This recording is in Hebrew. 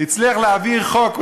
הצליח להעביר חוק,